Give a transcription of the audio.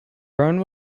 berne